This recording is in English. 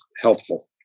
helpful